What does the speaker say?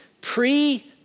Pre-